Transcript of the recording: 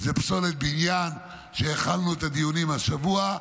זה פסולת בניין, ובה החלנו את הדיונים השבוע,